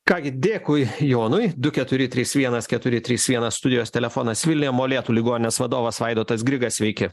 ką gi dėkui jonui du keturi trys vienas keturi trys vienas studijos telefonas vilniuje molėtų ligoninės vadovas vaidotas grigas sveiki